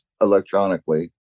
electronically